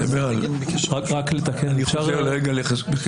אם אפשר לומר משהו בקצרה,